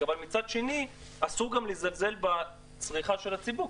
אבל מצד שני, אסור גם לזלזל בצריכה של הציבור.